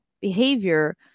behavior